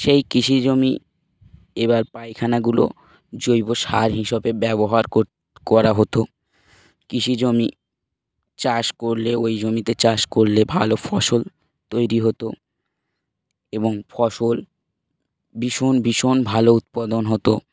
সেই কৃষিজমি এবার পায়খানাগুলো জৈব সার হিসাবে ব্যবহার কর করা হতো কৃষিজমি চাষ করলে ওই জমিতে চাষ করলে ভালো ফসল তৈরি হতো এবং ফসল ভীষণ ভীষণ ভালো উৎপাদন হতো